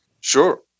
Sure